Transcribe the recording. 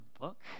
book